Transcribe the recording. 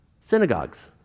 synagogues